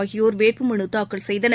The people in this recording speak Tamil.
ஆகியோர் வேட்புமன தாக்கல் செய்தனர்